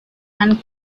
and